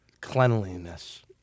Cleanliness